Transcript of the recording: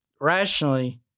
Rationally